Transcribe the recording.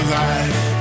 life